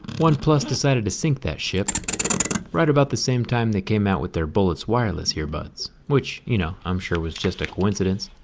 oneplus decided to sink that ship right about the same time they came out with their bullets wireless earbuds, which, you know, i'm sure was just a coincidence.